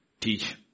teach